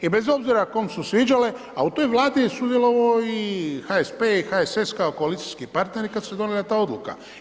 I bez obzira kome su se sviđale a u toj Vladi je sudjelovao i HSP i HSS kao koalicijski partneri kada se donijela ta odluka.